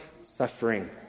suffering